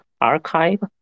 archive